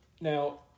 Now